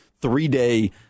three-day